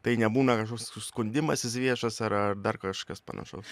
tai nebūna kažkoks skundimas viešas ar ar dar kažkas panašaus